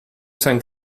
saint